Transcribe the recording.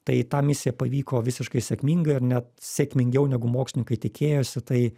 tai ta misija pavyko visiškai sėkmingai ar net sėkmingiau negu mokslininkai tikėjosi tai